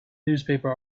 newspaper